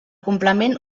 complement